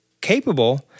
capable